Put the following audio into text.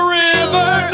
river